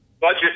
budget